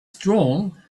strong